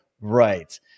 right